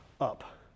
up